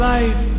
Life